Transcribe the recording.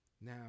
Now